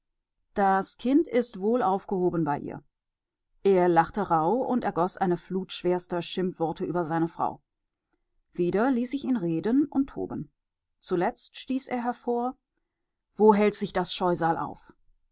das kind ist wohl aufgehoben bei ihr er lachte rauh und ergoß eine flut schwerster schimpfworte über seine frau wieder ließ ich ihn reden und toben zuletzt stieß er hervor wo hält sich das scheusal auf